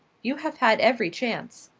you have had every chance.